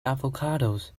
avocados